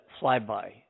flyby